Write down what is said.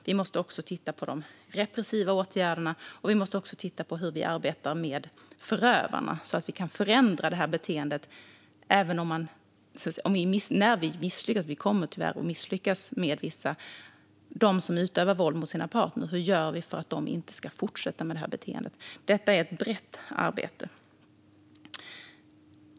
Vi måste titta på de repressiva åtgärderna, och vi måste också titta på hur vi arbetar med förövarna så att vi kan förändra det här beteendet när vi har misslyckats - för vi kommer tyvärr att misslyckas med vissa. Hur gör vi för att de som utövar våld mot sin partner inte ska fortsätta med det beteendet? Detta är ett brett arbete.